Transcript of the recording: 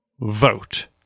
Vote